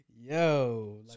Yo